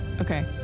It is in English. Okay